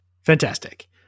Fantastic